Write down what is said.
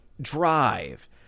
Drive